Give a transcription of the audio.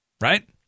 right